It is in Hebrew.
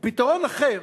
פתרון אחר,